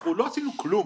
אנחנו לא עשינו כלום.